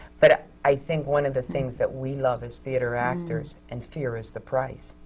but i think one of the things that we love as theatre actors, and fear is the price,